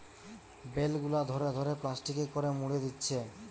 bell গুলা ধরে ধরে প্লাস্টিকে করে মুড়ে দিচ্ছে